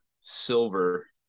silver